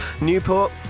Newport